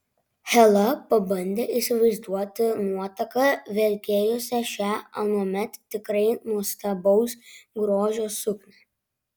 hela pabandė įsivaizduoti nuotaką vilkėjusią šią anuomet tikrai nuostabaus grožio suknią